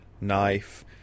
knife